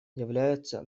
являются